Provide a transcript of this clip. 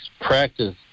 practice